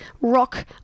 Rock